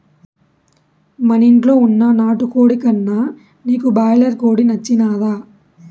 మనింట్ల వున్న నాటుకోడి కన్నా నీకు బాయిలర్ కోడి నచ్చినాదా